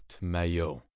maillot